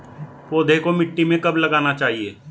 पौधे को मिट्टी में कब लगाना चाहिए?